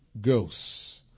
Ghosts